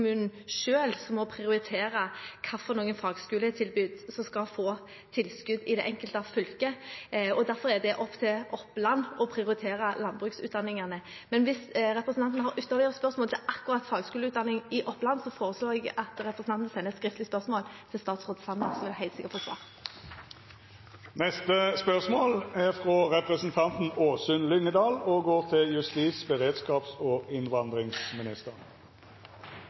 som må prioritere hvilke fagskoletilbud som skal få tilskudd i det enkelte fylket, og derfor er det opp til Oppland å prioritere landbruksutdanningene. Hvis representanten har ytterligere spørsmål til akkurat fagskoleutdanningen i Oppland, foreslår jeg at representanten sender et skriftlig spørsmål til statsråd Sanner, så vil hun helt sikkert få svar. «Ved Norges brannskole i Tjeldsund i Nordland skulle det starte opp et fagskoletilbud høsten 2019 som skulle bidra til